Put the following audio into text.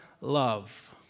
love